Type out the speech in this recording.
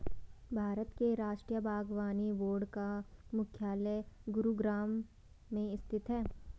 भारत के राष्ट्रीय बागवानी बोर्ड का मुख्यालय गुरुग्राम में स्थित है